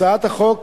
הצעת החוק